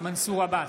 מנסור עבאס,